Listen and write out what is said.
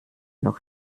noch